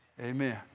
Amen